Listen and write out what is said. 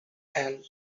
and